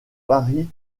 paris